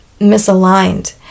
misaligned